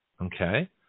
Okay